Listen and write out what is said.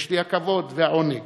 יש לי הכבוד והעונג